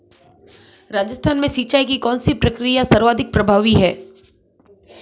राजस्थान में सिंचाई की कौनसी प्रक्रिया सर्वाधिक प्रभावी है?